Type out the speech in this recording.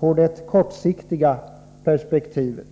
på det kortsiktiga perspektivet.